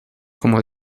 como